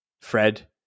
Fred